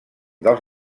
dels